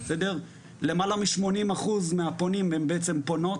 למעלה משמונים אחוז מהפונים הן בעצם פונות,